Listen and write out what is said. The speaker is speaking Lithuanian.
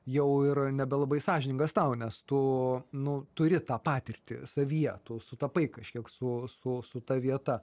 jau ir nebelabai sąžiningas tau nes tu nu turi tą patirtį savyje tu sutapai kažkiek su su su ta vieta